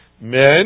Men